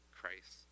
Christ